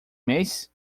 mês